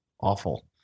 awful